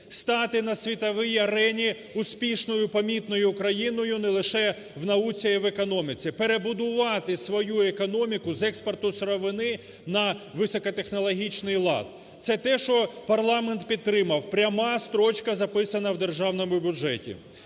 стати на світовій арені успішною, помітною країною не лише в науці, а й в економіці, перебудувати свою економіку з експорту сировини на високотехнологічний лад, це те, що парламент підтримав – пряма строчка записана в державному бюджеті,